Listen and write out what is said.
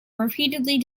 repeatedly